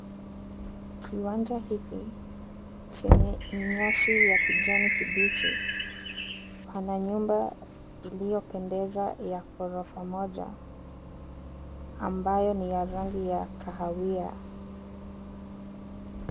Kiwanja hiki chenye nyasi ya kijani kibichi pana nyumba iliyopendeza ya ghorofa moja ambayo ni ya rangi ya kahawia.